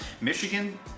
Michigan